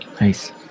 Nice